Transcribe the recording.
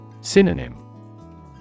Synonym